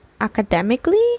academically